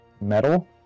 Metal